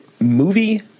movie